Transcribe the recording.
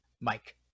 Mike